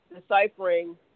deciphering